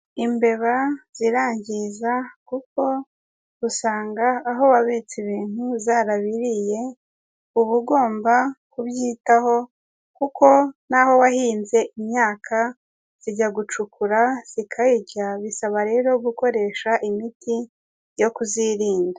Imbeba zirangiza kuko usanga aho wabitse ibintu zarabiriye, uba ugomba kubyitaho kuko naho wahinze imyaka zijya gucukura zikayirya, bisaba rero gukoresha imiti yo kuzirinda.